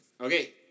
Okay